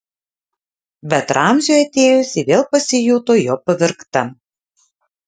bet ramziui atėjus ji vėl pasijuto jo pavergta